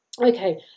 Okay